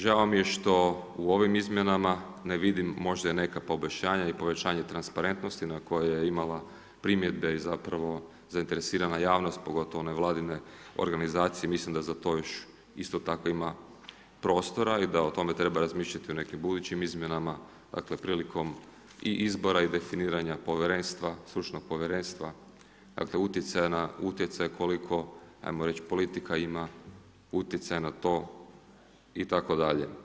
Žao mi je što u ovim izmjenama ne vidim možda neka poboljšanja ili povećanje transparentnosti na koje je imala primjedbe i zainteresirana javnost, pogotovo nevladine organizacije, mislim da za to još isto tako ima prostora i da o tome treba razmišljati o nekim budućim izmjenama prilikom izbora i definiranja povjerenstva, stručnog povjerenstva utjecaj koliko ajmo reći politika ima utjecaj na to itd.